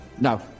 No